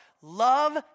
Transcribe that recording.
Love